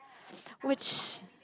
which